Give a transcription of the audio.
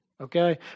Okay